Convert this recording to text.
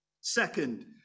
Second